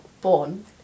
born